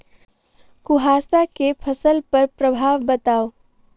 कुहासा केँ फसल पर प्रभाव बताउ?